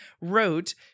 wrote